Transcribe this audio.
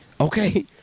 Okay